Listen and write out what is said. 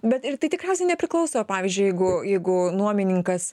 bet ir tai tikriausiai nepriklauso pavyzdžiui jeigu jeigu nuomininkas